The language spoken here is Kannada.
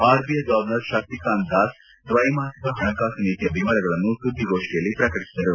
ಆರ್ಬಿಐ ಗವರ್ನರ್ ಶಕ್ತಿಕಾಂತ್ ದಾಸ್ ದ್ವೈಮಾಸಿಕ ಪಣಕಾಸು ನೀತಿಯ ವಿವರಗಳನ್ನು ಸುದ್ದಿಗೋಷ್ಠಿಯಲ್ಲಿ ಪ್ರಕಟಿಸಿದರು